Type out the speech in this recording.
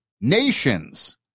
nations